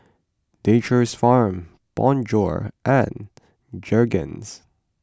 Nature's Farm Bonjour and Jergens